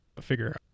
figure